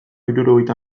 hirurogeita